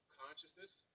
consciousness